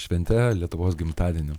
švente lietuvos gimtadieniu